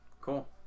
cool